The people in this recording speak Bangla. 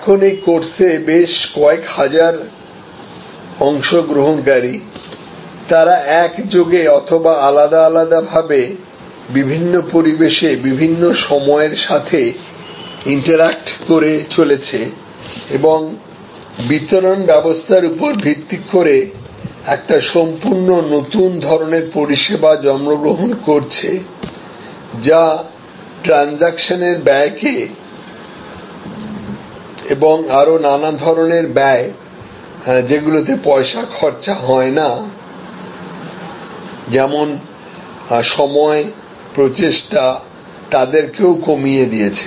এখন এই কোর্সে বেশ কয়েক হাজার অংশগ্রহণকারী তারা একযোগে অথবা আলাদা আলাদা ভাবে বিভিন্ন পরিবেশে বিভিন্ন সময়ের সাথে ইন্টারেক্ট করে চলেছে এবং বিতরণ ব্যবস্থার উপর ভিত্তি করে একটি সম্পূর্ণ নতুন ধরণের পরিষেবা জন্মগ্রহণ করছে যা ট্রানজেকশনের ব্যয়কে এবং আরো নানা ধরনের ব্যয় যেগুলোতে পয়সা খরচা হয় না যেমন সময় প্রচেষ্টা তাদেরকেও কমিয়ে দিয়েছে